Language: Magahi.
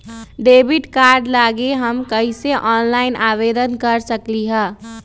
डेबिट कार्ड लागी हम कईसे ऑनलाइन आवेदन दे सकलि ह?